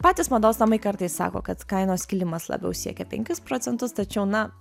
patys mados namai kartais sako kad kainos kilimas labiau siekia penkis procentus tačiau na